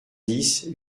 dix